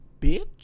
bitch